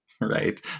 Right